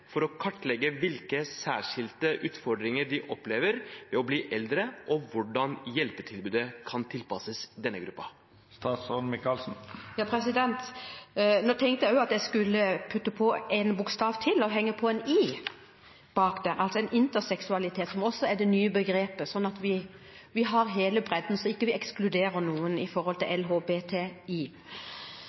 for å kartlegge hvilke særskilte utfordringer de opplever ved å bli eldre og hvordan hjelpetilbudet kan tilpasses denne gruppen?» Jeg tenkte jeg skulle putte på en bokstav til og henge på en «i» for interseksualitet, som er det nye begrepet, slik at vi har hele bredden og ikke ekskluderer noen når det gjelder LHBTI.